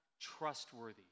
trustworthy